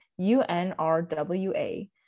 UNRWA